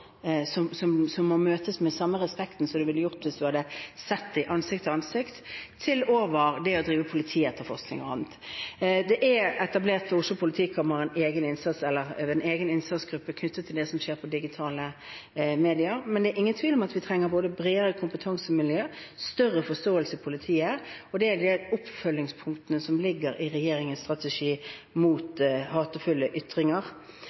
må møtes med samme respekt som man ville møtt det med hvis man hadde stått ansikt til ansikt – og over til det å drive politietterforskning og annet. Det er i Oslo politikammer etablert en egen innsatsgruppe knyttet til det som skjer på digitale medier, men det er ingen tvil om at vi trenger både bredere kompetansemiljø og større forståelse i politiet, og det er en del av oppfølgingspunktene som ligger i regjeringens strategi mot hatefulle ytringer.